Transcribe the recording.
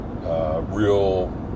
real